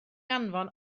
anfon